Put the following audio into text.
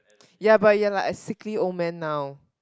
ya but ya lah a sickly old man now